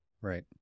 right